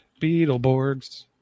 Beetleborgs